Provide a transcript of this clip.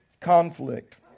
conflict